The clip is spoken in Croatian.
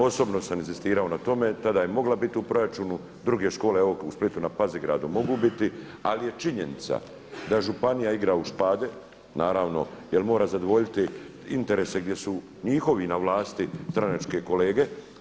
Osobno sam inzistirao na tome, tada je mogla biti u proračunu, druge škole u Splitu na Pazigradu mogu biti, ali je činjenica da županija igra ušpade naravno jer mora zadovoljiti interese gdje su njihovi na vlasti stranačke kolege.